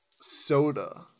soda